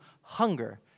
hunger